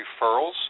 referrals